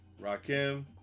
Rakim